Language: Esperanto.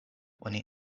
oni